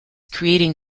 creating